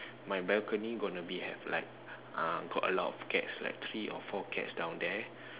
my balcony going to be like have uh a lot of cats like three or four cats down there